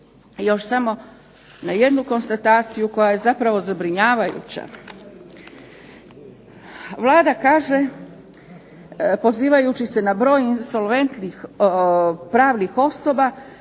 Još samo jednu konstataciju koja je zapravo zabrinjavajuća. Vlada kaže pozivajući se na broj insolventnih pravnih osoba,